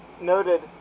noted